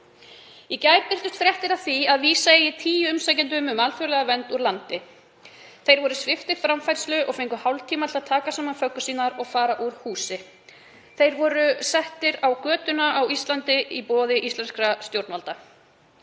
Í gær birtust fréttir af því að vísa eigi tíu umsækjendum um alþjóðlega vernd úr landi. Þeir voru sviptir framfærslu og fengu hálftíma til að taka saman föggur sínar og fara úr húsi. Þeir voru settir á götuna á Íslandi í boði íslenskra stjórnvalda,